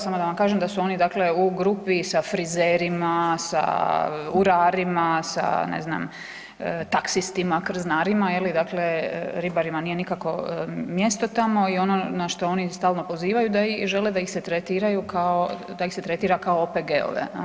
Samo da vam kažem da su oni dakle u grupi sa frizerima, sa urarima, sa ne znam taksistima, krznarima, je li dakle ribarima nije nikako mjesto tamo i ono na što oni stalno pozivaju da žele da ih se tretiraju, da ih se tretira kao OPG-ove.